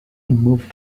move